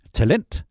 talent